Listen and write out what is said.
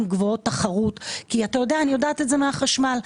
גבוהות תחרות כי אני יודעת את זה מהחשמל.